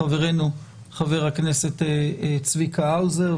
את חברנו חבר הכנסת צביקה האוזר,